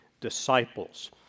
disciples